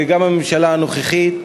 וגם הממשלה הנוכחית,